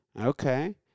Okay